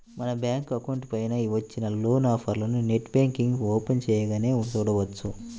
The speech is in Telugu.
మన బ్యాంకు అకౌంట్ పైన వచ్చిన లోన్ ఆఫర్లను నెట్ బ్యాంకింగ్ ఓపెన్ చేయగానే చూడవచ్చు